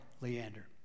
Leander